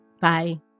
Bye